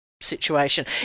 situation